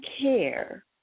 care